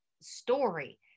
story